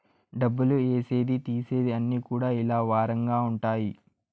డబ్బులు ఏసేది తీసేది అన్ని కూడా ఇలా వారంగా ఉంటాయి